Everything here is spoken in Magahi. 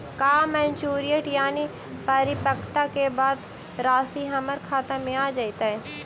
का मैच्यूरिटी यानी परिपक्वता के बाद रासि हमर खाता में आ जइतई?